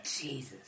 Jesus